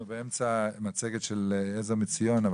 אנחנו באמצע המצגת של ׳עזר מציון׳,